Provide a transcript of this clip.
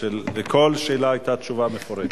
ולכל שאלה היתה תשובה מפורטת,